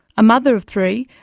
a mother of three,